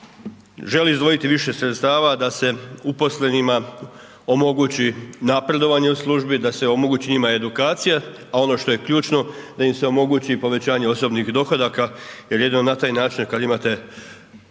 želi izdvojiti više sredstava d se uposlenima omogući napredovanje u službi, da se omogući njima edukacija a ono što je ključno, da im se omogući i povećanje osobnih dohodaka jer jedino na taj način kad imate